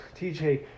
TJ